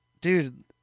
Dude